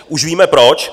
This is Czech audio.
Už víme proč.